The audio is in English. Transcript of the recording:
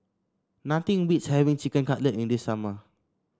nothing beats having Chicken Cutlet in the summer